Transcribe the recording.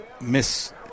miss